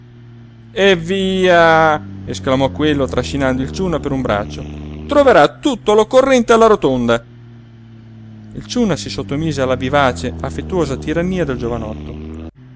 eh via esclamò quello trascinando il ciunna per un braccio troverà tutto l'occorrente alla rotonda il ciunna si sottomise alla vivace affettuosa tirannía del giovanotto